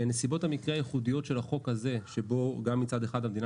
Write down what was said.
בנסיבות המקרה הייחודיות של החוק הזה שבו גם מצד אחד המדינה